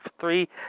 three